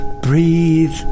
breathe